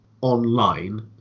Online